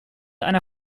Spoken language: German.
einer